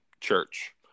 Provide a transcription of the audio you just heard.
church